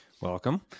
Welcome